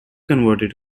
converted